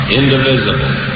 indivisible